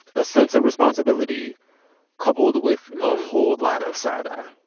a sense of responsibility coupled with a whole lot of side eye